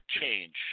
change